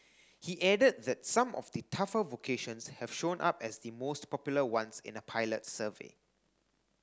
he added that some of the tougher vocations have shown up as the most popular ones in a pilot survey